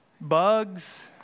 bugs